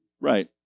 Right